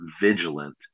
vigilant